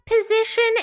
position